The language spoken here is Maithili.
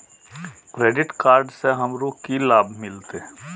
क्रेडिट कार्ड से हमरो की लाभ मिलते?